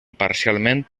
parcialment